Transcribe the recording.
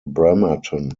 bremerton